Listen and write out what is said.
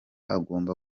agomba